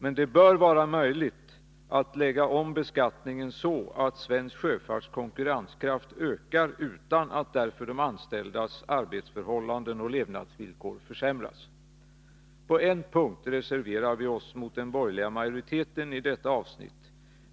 Men det bör vara möjligt att lägga om beskattningen så, att svensk sjöfartskonkurrens ökar utan att därför de anställdas arbetsförhållanden och levnadsvillkor försämras. På en punkt reserverar vi oss mot den borgerliga majoriteten i detta avsnitt.